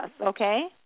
okay